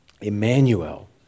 Emmanuel